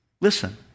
Listen